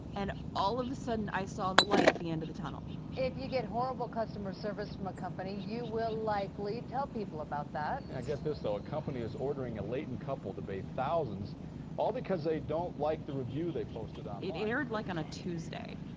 and all of a sudden, i saw the light at the end of the tunnel if you get horrible customer service from a company, you will likely tell people about that yeah. get this, though. a company is ordering a layton couple to pay thousands all because they don't like the review they posted um online it aired, like, on a tuesday.